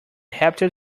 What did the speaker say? haptic